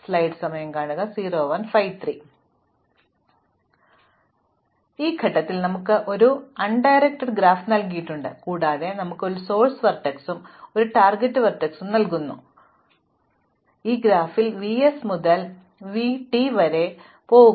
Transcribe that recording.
അതിനാൽ നമുക്ക് അമൂർത്തമായി നിലനിൽക്കുന്ന പ്രശ്നം നമുക്ക് വഴിതിരിച്ചുവിടാത്ത ഗ്രാഫുകളിൽ ഉറച്ചുനിൽക്കാം കാരണം ഈ ഘട്ടത്തിൽ നമുക്ക് ഒരു പരോക്ഷമായ ഗ്രാഫ് നൽകിയിട്ടുണ്ട് കൂടാതെ ഞങ്ങൾക്ക് ഒരു സോഴ്സ് വെർട്ടെക്സും vs ഒരു ടാർഗെറ്റ് വെർട്ടെക്സ് vt ഉം നൽകുകയും ഞങ്ങൾ ചോദിച്ചു ഒരു വഴിയുണ്ടോ എന്ന് ഈ ഗ്രാഫിൽ vs മുതൽ vt വരെ പോകുക